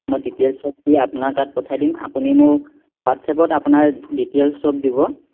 মই ডিটেইলছ সব দি আপোনাৰ তাত পঠাই দিম আপুনি মোক হোৱাটছআপত আপোনাৰ ডিটেইলছ সব দিব